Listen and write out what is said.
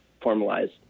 formalized